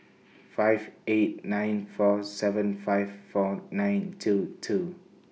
five eight nine four seven five four nine two two